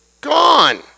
gone